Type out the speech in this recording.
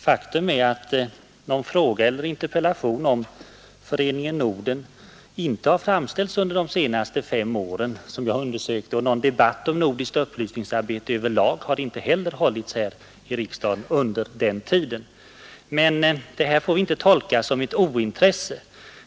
Faktum är att någon fråga eller interpellation om Föreningen Norden inte har framställts under de senaste fem åren, och inte heller har någon debatt om nordiskt upplysningsarbete överlag hållits här i kammaren under den tiden. Men detta får vi inte tolka som ett ointresse.